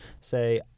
say